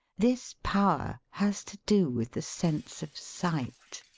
this power has to do with the sense of sight.